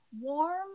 warm